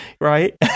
right